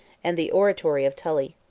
and the oratory of tully.